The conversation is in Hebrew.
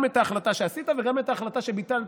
גם את ההחלטה שעשית וגם את ההחלטה שביטלת.